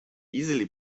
easily